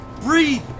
Breathe